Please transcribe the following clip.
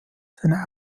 seine